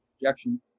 objection